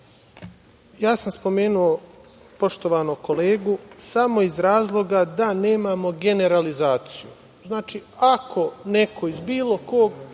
sam spomenuo poštovanog kolegu samo iz razloga da nemamo generalizaciju. Znači, ako neko iz bilo kog